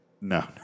No